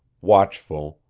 watchful,